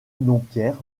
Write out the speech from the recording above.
dompierre